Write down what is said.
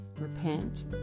repent